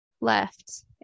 left